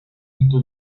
into